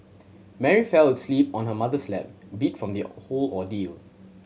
Mary fell asleep on her mother's lap beat from the whole ordeal